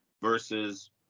versus